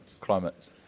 climate